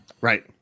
Right